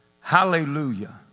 Hallelujah